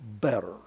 better